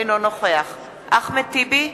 אינו נוכח אחמד טיבי,